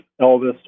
Elvis